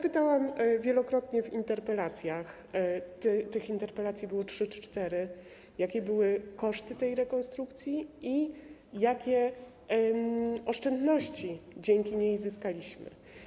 Pytałam wielokrotnie w interpelacjach, tych interpelacji było trzy czy cztery, jakie były koszty tej rekonstrukcji i jakie oszczędności dzięki niej zyskaliśmy.